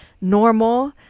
normal